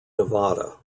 nevada